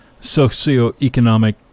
socioeconomic